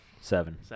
Seven